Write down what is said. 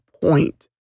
point